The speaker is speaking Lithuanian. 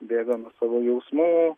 bėga nuo savo jausmų